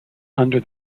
under